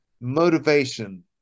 motivation